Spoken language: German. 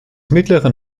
mittleren